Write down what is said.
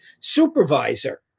supervisor